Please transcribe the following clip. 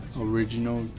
Original